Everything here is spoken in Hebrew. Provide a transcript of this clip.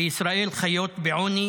בישראל חיות בעוני